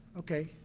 okay.